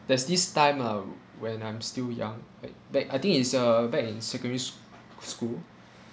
there's this time ah when I'm still young back back I think it's uh back in secondary s~ school